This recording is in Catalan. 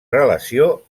relació